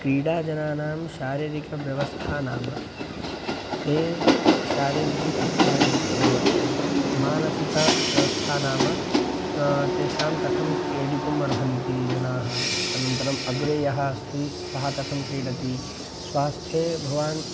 क्रीडाजनानां शारीरिकव्यवस्था नाम ते शारीरिकी फ़िट्नेस् एव वर्तते मानसिकव्यवस्था नाम तेषां कथं क्रीडितुम् अर्हन्ति जनाः अनन्तरम् अग्रे यः अस्ति सः कथं क्रीडति स्वास्थ्ये भवान्